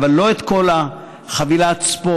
אבל לא את כל חבילת הספורט,